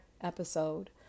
episode